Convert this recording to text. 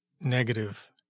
negative